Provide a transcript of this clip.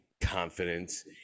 confidence